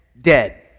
Dead